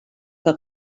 que